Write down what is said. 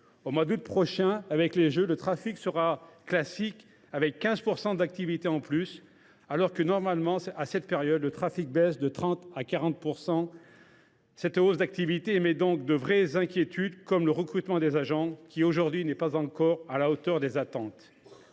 Au mois d’août prochain, avec les Jeux, le trafic sera classique, avec 15 % d’activité en plus, alors que, normalement, à cette période, le trafic baisse de 30 % à 40 %. Cette hausse d’activité suscite de vraies inquiétudes, tout comme le recrutement des agents, qui n’est pas encore, à l’heure actuelle,